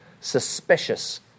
Suspicious